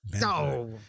No